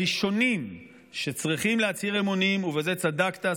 הראשונים שצריכים להצהיר אמונים ובזה צדקת,